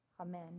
Amen